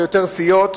ליותר סיעות,